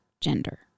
gender